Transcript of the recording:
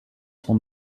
son